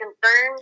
concerned